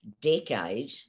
decade